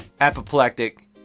apoplectic